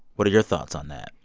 what are your thoughts on that?